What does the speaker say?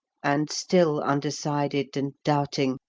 and still undecided and doubting,